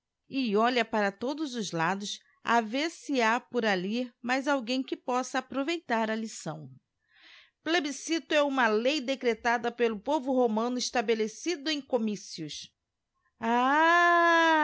e olha para todos os lados a verse hapor allí mais alguém que possa aproveitar a lição plebiscito é uma lei decretada pelo povo romano estabelecido em comícios ah